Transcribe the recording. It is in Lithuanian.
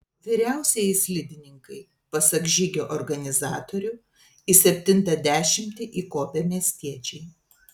vyriausieji slidininkai pasak žygio organizatorių į septintą dešimtį įkopę miestiečiai